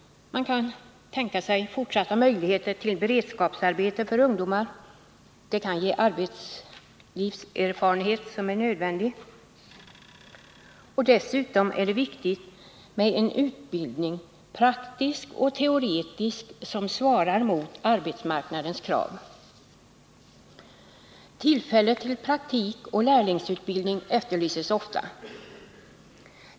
Man kan tänka sig fortsatta möjligheter till beredskapsarbete för ungdomar. Därmed kan dessa få erforderlig arbetslivserfarenhet. Dessutom är det viktigt att möjligheter finns att skaffa sig en utbildning — såväl praktisk som teoretisk sådan — som svarar mot arbetsmarknadens krav. Tillfällen till praktik och lärlingsutbildning efterlyses ofta.